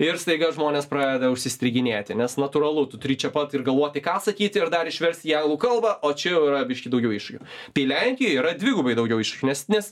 ir staiga žmonės pradeda užsistriginėti nes natūralu tu turi čia pat ir galvoti ką sakyti ir dar išversti į anglų kalbą o čia jau yra biškį daugiau iššūkių tai lenkijoj yra dvigubai daugiau iššūkių nes nes